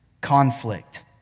conflict